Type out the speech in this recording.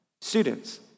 Students